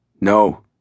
No